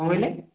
କ'ଣ କହିଲେ